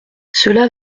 cela